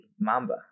Mamba